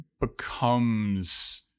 becomes